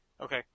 Okay